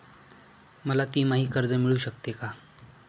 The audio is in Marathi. मला तिमाही कर्ज मिळू शकते का?